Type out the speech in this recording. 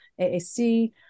AAC